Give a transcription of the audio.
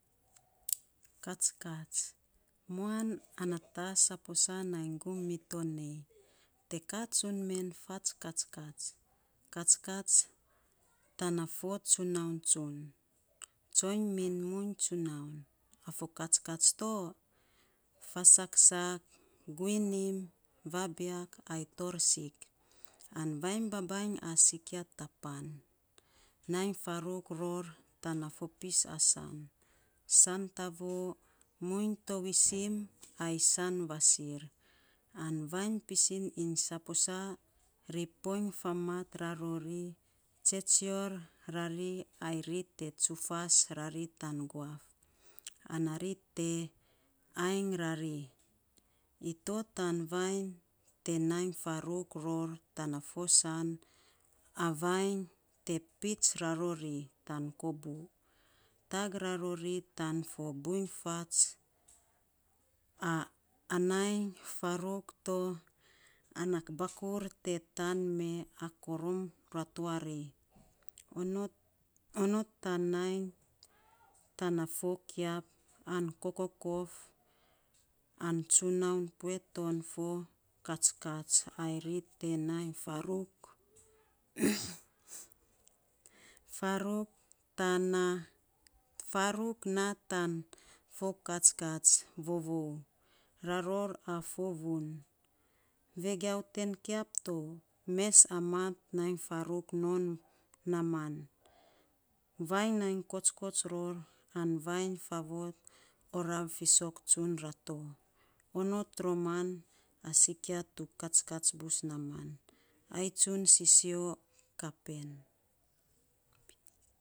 katskats, muan ana taa saposa, nainy gum mito nei, te kan tsun me fuan katskats. Tana fo tsunau tsun, tsoiny min muiny tsunaun. A fo katskats to, fats saksak, guinim, vabiak ai toor sik. An vainy babainy a sikia ta pan. Nai faruk ror tana fopis a saan. Saantaa voo, muiny tovisim ai san vasir. An vainy pisiin iny saposa ri poiny famat rarori, tsetsior rari, ai ri te tsufas rari tan guaf, ana ri te ainy rari. Ito tan vainy te nai faruk ror, tana fo saan, a vainy te pits rarori tan kobuu. tag ra rori tan buiny fats aa nai fark to ana bakur. Te ta mee a korom ratuari onotonot tan nainy tana fo kiap an kokokof, an tsunaun pue ton fo katskats, ai ri te nai faruk faruk tana farukfaruk naa tan fo katskats, vovou raro fafo vun, vegiau ten kiap to, mes a mat, nai faruk non naaman,, vainy nai kotskots ror. An vainy faavot oraav fiisok tsun rato onot roman, a sikia tu katskats bus naaman. Ai tsun siisio kapen.